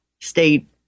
state